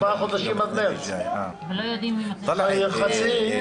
אבל היא לא יודעת אם הכנסת תמשיך אז אנחנו נותנים לה לנהל את הישיבה.